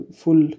full